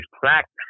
practice